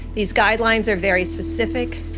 these guidelines are very specific.